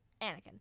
Anakin